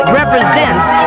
represents